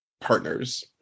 partners